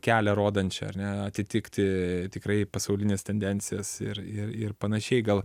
kelią rodančią ar ne atitikti tikrai pasaulines tendencijas ir ir ir panašiai gal